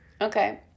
Okay